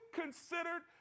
considered